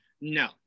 No